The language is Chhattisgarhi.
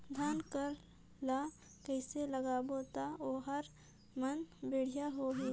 धान कर ला कइसे लगाबो ता ओहार मान बेडिया होही?